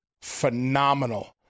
phenomenal